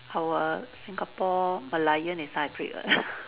our Singapore merlion is hybrid [what]